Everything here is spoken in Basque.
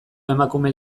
emakume